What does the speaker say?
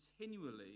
continually